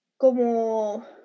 como